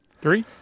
Three